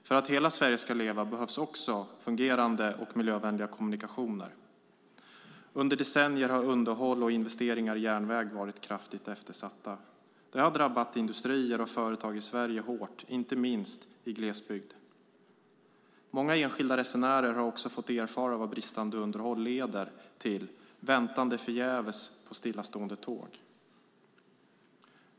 För att hela Sverige ska leva behövs också fungerande och miljövänliga kommunikationer. Under decennier har underhåll och investeringar i järnväg varit kraftigt eftersatta. Det har drabbat industrier och företag i Sverige hårt, inte minst i glesbygd. Många enskilda resenärer har också fått erfara vad bristande underhåll leder till, väntande förgäves på stillastående tåg.